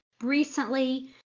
recently